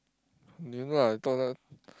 do you know I told them